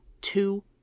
two